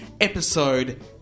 episode